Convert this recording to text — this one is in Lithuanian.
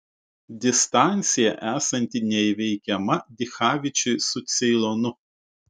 distancija esanti neįveikiama dichavičiui su ceilonu